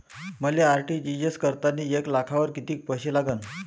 मले आर.टी.जी.एस करतांनी एक लाखावर कितीक पैसे लागन?